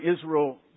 Israel